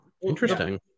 Interesting